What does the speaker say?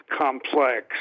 complex